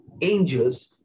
angels